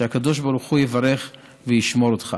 שהקדוש ברוך הוא יברך וישמור אותך.